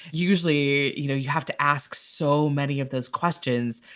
usually you know you have to ask so many of those questions.